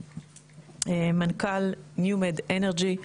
מנכ"ל ניומד אנרג'י,